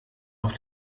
auf